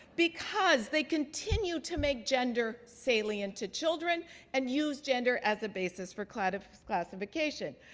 because they continue to make gender salient to children and use gender as a basis for kind of classification.